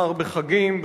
שכר בחגים,